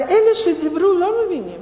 אבל אלה שדיברו לא מבינים.